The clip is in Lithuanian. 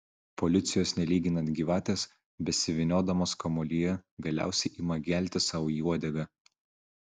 policijos nelyginant gyvatės besivyniodamos kamuolyje galiausiai ima gelti sau į uodegą